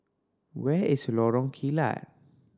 where is Lorong Kilat